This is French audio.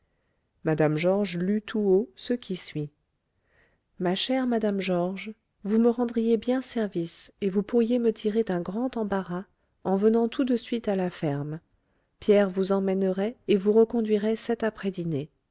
tout haut ce qui suit ma chère madame georges vous me rendriez bien service et vous pourriez me tirer d'un grand embarras en venant tout de suite à la ferme pierre vous emmènerait et vous reconduirait cette